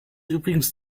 übrigens